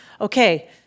Okay